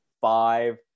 five